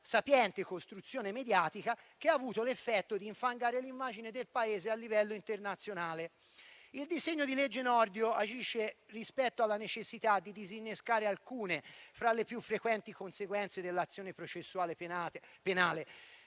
sapiente costruzione mediatica, che ha avuto l'effetto di infangare l'immagine del Paese a livello internazionale. Il disegno di legge Nordio agisce rispetto alla necessità di disinnescare alcune fra le più frequenti conseguenze dell'azione processuale penale